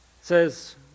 says